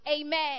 Amen